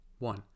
One